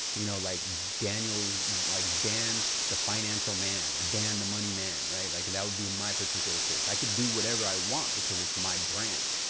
you know, like daniels, like dan the financial man, or dan the money man, right? like that would be in my particular case. i could do whatever i want because it's my brand.